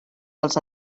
dels